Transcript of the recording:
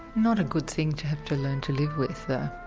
not a good thing to have to learn to live with though.